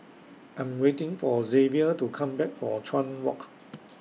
I Am waiting For Xavier to Come Back from Chuan Walk